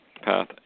path